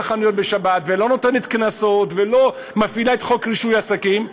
החנויות בשבת ולא נותנת קנסות ולא מפעילה את חוק רישוי עסקים,